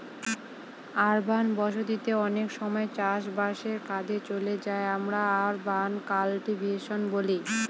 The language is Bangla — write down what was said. আরবান বসতি তে অনেক সময় চাষ বাসের কাজে চলে যাকে আমরা আরবান কাল্টিভেশন বলি